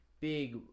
Big